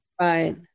Right